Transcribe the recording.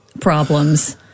problems